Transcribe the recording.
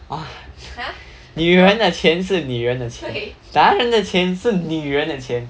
!huh! 女人的钱是女人的钱男人钱是女人的钱